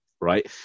right